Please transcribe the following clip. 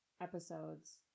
episodes